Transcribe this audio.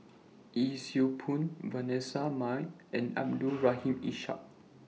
Yee Siew Pun Vanessa Mae and Abdul Rahim Ishak